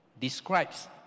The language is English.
describes